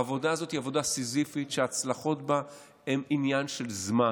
העבודה הזאת היא עבודה סיזיפית שההצלחות בה הן עניין של זמן.